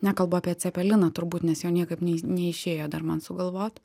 nekalbu apie cepeliną turbūt nes jo niekaip ne neišėjo dar man sugalvot